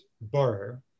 borrow